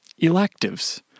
electives